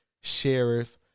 sheriff